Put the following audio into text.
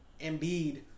Embiid